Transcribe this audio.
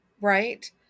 right